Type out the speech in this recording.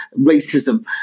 racism